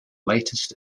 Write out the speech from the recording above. latest